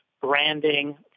branding